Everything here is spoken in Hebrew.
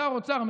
שר האוצר,